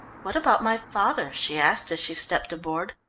what about my father? she asked as she stepped aboard.